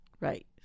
Right